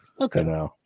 Okay